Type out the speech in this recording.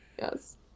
Yes